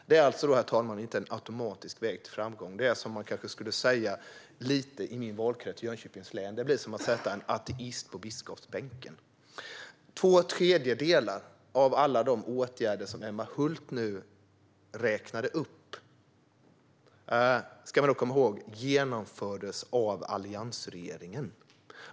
Det är inte en automatisk väg till framgång, utan det är, som man kanske skulle säga i min valkrets Jönköpings län, lite som att sätta en ateist i biskopsbänken. Två tredjedelar av alla de åtgärder som Emma Hult nu räknade upp ska man komma ihåg genomfördes av alliansregeringen.